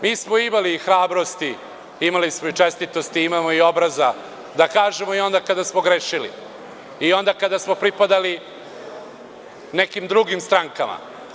Mi smo imali hrabrosti, čestitosti i obraza da kažemo i onda kada smo grešili, i onda kada smo pripadali nekim drugim strankama.